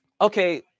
Okay